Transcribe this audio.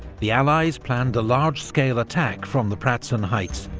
the allies planned a large-scale attack from the pratzen heights,